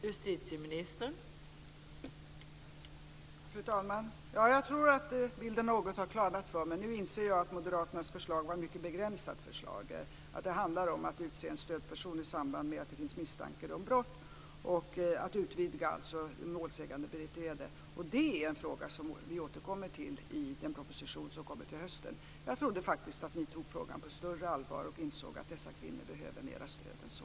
Fru talman! Nu har bilden klarnat för mig. Nu inser jag att Moderaternas förslag var mycket begränsat. Det handlar om att utse en stödperson i samband med att det finns misstankar om brott, att alltså utvidga rätten till målsägandebiträde. Det är en fråga som vi återkommer till i den proposition som kommer till hösten. Jag trodde faktiskt att ni tog frågan på större allvar och insåg att dessa kvinnor behöver mer stöd än så.